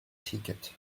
ticket